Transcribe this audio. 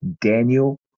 Daniel